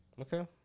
Okay